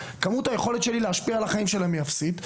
כמות היכולת שלי להשפיע על החיים שלהם היא אפסית.